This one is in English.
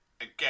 again